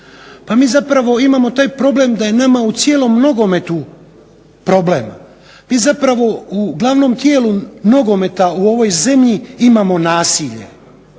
Pa mi zapravo imamo taj problem da je nama u cijelom nogometu problem. Mi zapravo u glavnom tijelu nogometa u ovoj zemlji imamo nasilje